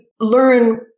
learn